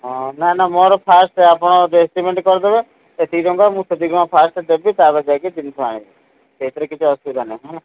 ହଁ ନା ନା ମୋର ଫାଷ୍ଟ ଆପଣ ଯ ଏଷ୍ଟିମେଟ୍ କରିଦେବେ ସେତିକି ଟଙ୍କା ମୁଁ ସେତିିକି ଫାଷ୍ଟ ଦେବି ତାପରେ ଯାଇକି ଜିନିଷ ଆଣିବି ସେଇଥିରେ କିଛି ଅସୁବିଧା ନାହିଁଁ ହେଲା